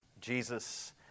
Jesus